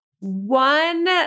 One